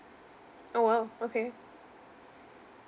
oh !wow! okay